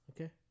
okay